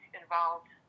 involved